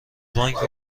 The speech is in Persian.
بانک